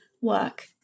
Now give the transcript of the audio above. work